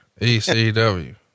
ECW